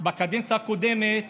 בקדנציה הקודמת